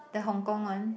the Hong-Kong one